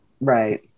Right